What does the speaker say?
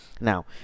now